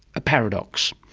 a paradox.